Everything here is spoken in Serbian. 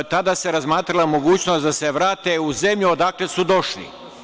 Tada se razmatrala mogućnost da se vrate u zemlju odakle su došli.